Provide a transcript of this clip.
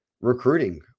recruiting